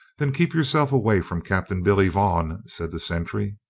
then keep yourself away from captain billy vaughan, said the sentry.